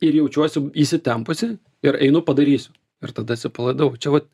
ir jaučiuosi įsitempusi ir einu padarysiu ir tada atsipalaidavau čia vat